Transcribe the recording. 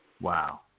Wow